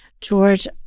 George